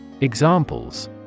Examples